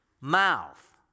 mouth